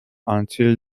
until